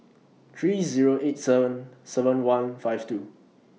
three Zero eight seven seven one five two